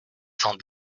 cent